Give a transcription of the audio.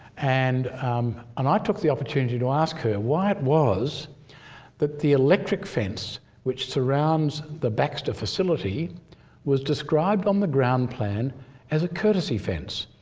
and um and i took the opportunity to ask her why it was that the electric fence which surrounds the baxter facility was described on the ground plan as a courtesy fence.